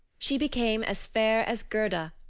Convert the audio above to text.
she became as fair as gerda,